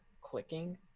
clicking